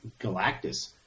Galactus